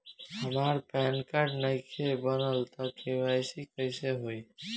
हमार PAN card नईखे बनल त के.वाइ.सी कइसे होई?